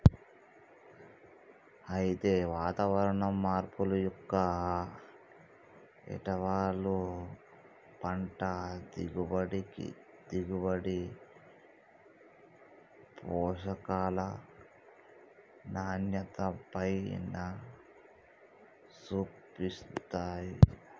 అయితే వాతావరణం మార్పు యొక్క ఏటవాలు పంట దిగుబడి, పోషకాల నాణ్యతపైన సూపిస్తాయి